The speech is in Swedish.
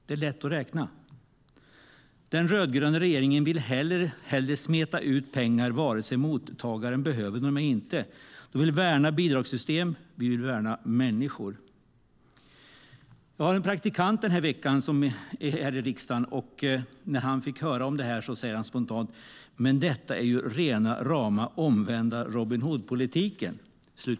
Det är lätt att räkna efter. Den rödgröna regeringen vill hellre smeta ut pengar vare sig mottagaren behöver dem eller inte. De vill värna bidragssystem, vi vill värna människor. Jag har en praktikant denna vecka här i riksdagen, och när han fick höra om detta sa han spontant: "Men detta är ju rena rama omvända Robin Hood-politiken.